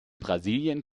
brasilien